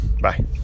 Bye